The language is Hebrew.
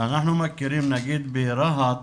אנחנו מכירים, נגיד ברהט,